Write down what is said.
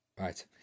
Right